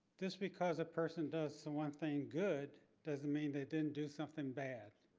just because a person does so one thing good doesn't mean they didn't do something bad.